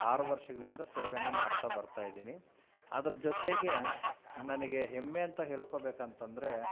ಆರು ವರ್ಷಗಳಿಂದ ಸೇವೆಯನ್ನು ಮಾಡ್ತಾ ಬರ್ತಾ ಇದೀನಿ ಅದ್ರ ಜೊತೆಗೇ ನನಗೆ ಹೆಮ್ಮೆ ಅಂತ ಹೇಳ್ಕೊಬೇಕಂತಂದರೆ